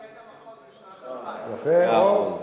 היה מפקד המחוז בשנת 2000. יפה מאוד.